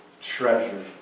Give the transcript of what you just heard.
treasure